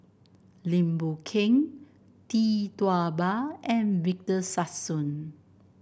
Lim Boon Keng Tee Tua Ba and Victor Sassoon